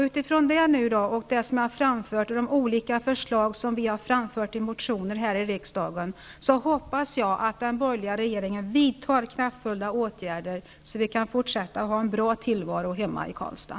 Utifrån det som jag har framfört och de olika förslag som vi har lagt fram i motioner här i riksdagen, hoppas jag att den borgerliga regeringen vidtar kraftfulla åtgärder, så att vi kan fortsätta att ha en bra tillvaro hemma i Karlstad.